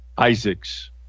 Isaacs